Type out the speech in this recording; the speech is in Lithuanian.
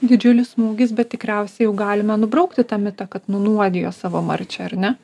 didžiulis smūgis bet tikriausiai jau galime nubraukti tą mitą kad nunuodijo savo marčią ar ne